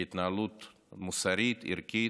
להתנהלות מוסרית, ערכית.